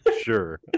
Sure